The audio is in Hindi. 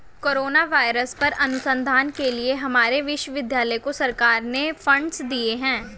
कोरोना वायरस पर अनुसंधान के लिए हमारे विश्वविद्यालय को सरकार ने फंडस दिए हैं